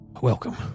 Welcome